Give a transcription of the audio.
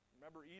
Remember